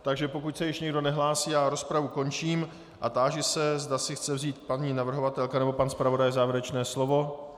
Takže pokud se již nikdo nehlásí, rozpravu končím a táži se, zda si chce vzít paní navrhovatelka nebo pan zpravodaj závěrečné slovo.